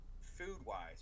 food-wise